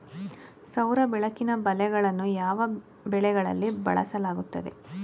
ಸೌರ ಬೆಳಕಿನ ಬಲೆಗಳನ್ನು ಯಾವ ಬೆಳೆಗಳಲ್ಲಿ ಬಳಸಲಾಗುತ್ತದೆ?